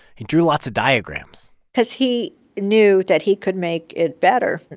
he drew lots of diagrams cause he knew that he could make it better.